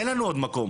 אין לנו עוד מקום.